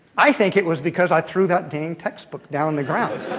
i think it was because i threw that dang textbook down on the ground.